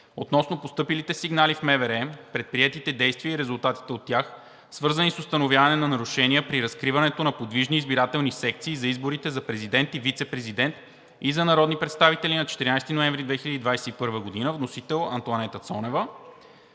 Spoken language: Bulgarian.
относно постъпилите сигнали в МВР, предприетите действия и резултатите от тях, свързани с установяване на нарушения при разкриването на подвижни избирателни секции за изборите за президент и вицепрезидент и за народни представители на 14 ноември 2021 г. Вносител – Антоанета Цонева,